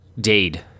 Dade